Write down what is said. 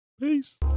Peace